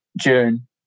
june